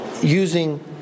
using